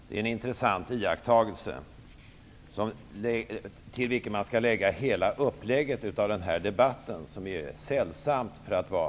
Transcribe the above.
Det är en intressant iakttagelse till vilken man skall lägga hela upplägget av denna debatt som är sällsamt för att vara...